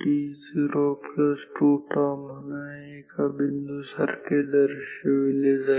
Vit02τ म्हणा एका बिंदू सारखे दर्शविले जाईल